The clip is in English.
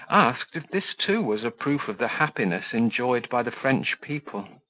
asked, if this too was a proof of the happiness enjoyed by the french people.